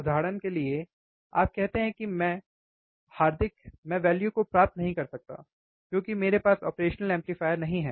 उदाहरण के लिए आप कहते हैं कि हार्दिक मैं वैल्यु को प्राप्त नहीं कर सकता क्योंकि मेरे पास ऑपरेशनल एम्पलीफायर नहीं है